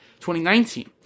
2019